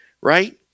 right